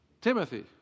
Timothy